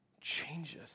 changes